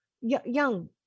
young